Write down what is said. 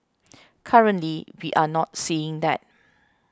currently we are not seeing that